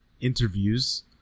interviews